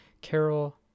Carol